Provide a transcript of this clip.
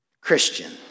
Christian